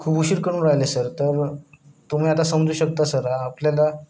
खूप उशीर करून राहिले सर तर तुम्ही आता समजू शकता सर आपल्याला